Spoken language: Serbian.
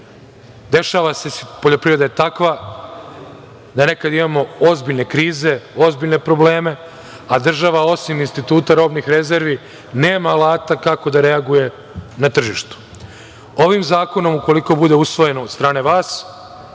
nam se dešava da nekad imamo ozbiljne krize, ozbiljne probleme, a država osim instituta robnih rezervi nema alata kako da reaguje na tržištu. Ovim zakonom, ukoliko bude usvojen od strane vas,